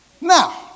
Now